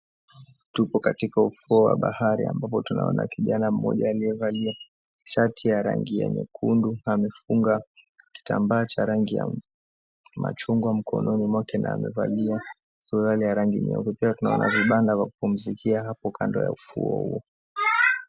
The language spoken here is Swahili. Tupo katika ufuo wa bahari ambapo tunaona kijana mmoja aliyevlia shati ya rangi ya nyekundu na amefunga kitambaa cha rangi ya machungwa mkononi mwake na amevalia suruali ya rangi nyeupe. Pia tunaona vibanda vya kupumzikia hapo kando ya ufuo huo.